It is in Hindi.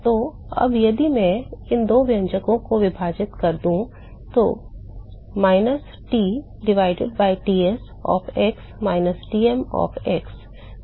तो अब यदि मैं इन 2 व्यंजकों को विभाजित कर दूं minus T divided by Ts of x minus Tm of x